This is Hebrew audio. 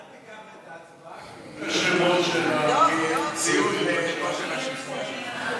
אל תיקח את ההצבעה שלי כמחמאה לכושר השכנוע שלך.